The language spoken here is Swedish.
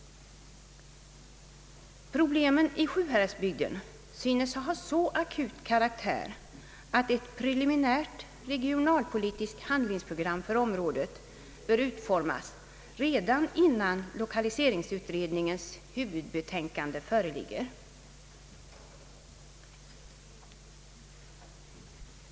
Problemen i Sjuhäradsbygden synes ha en så akut karaktär att ett preliminärt regionalpolitiskt handlingsprogram för området bör utformas redan innan lokaliseringsutredningens huvudbetänkande föreligger.